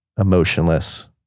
emotionless